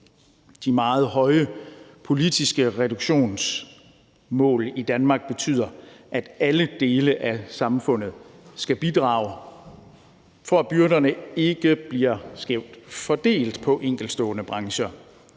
De meget høje politiske reduktionsmål i Danmark betyder, at alle dele af samfundet skal bidrage, for at byrderne ikke bliver skævt fordelt på enkeltstående brancher.